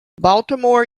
baltimore